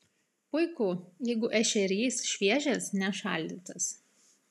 puiku jeigu ešerys šviežias ne šaldytas